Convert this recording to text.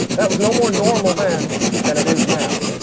that was no more normal then than it is now.